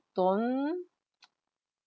don't